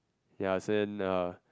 ya as in a